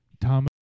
thomas